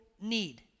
need